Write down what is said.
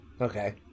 Okay